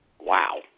Wow